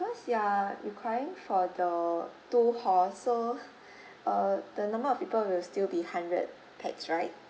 because you are requiring for the two halls so err the number of people will still be hundred pax right